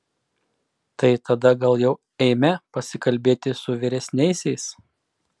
tai tada gal jau eime pasikalbėti su vyresniaisiais